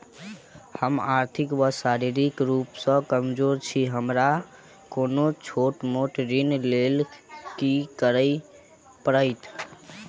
हम आर्थिक व शारीरिक रूप सँ कमजोर छी हमरा कोनों छोट मोट ऋण लैल की करै पड़तै?